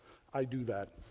i do that,